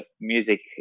music